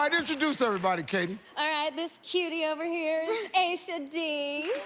and introduce everybody, katie. alright, this cutie over here is aisha dee.